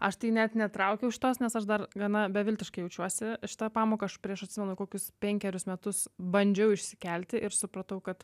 aš tai net netraukiau šitos nes aš dar gana beviltiškai jaučiuosi šitą pamoką aš prieš atsimenu kokius penkerius metus bandžiau išsikelti ir supratau kad